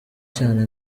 cyane